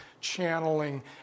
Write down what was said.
channeling